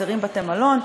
חסרים בתי-מלון,